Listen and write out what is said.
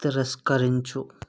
తిరస్కరించు